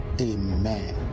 Amen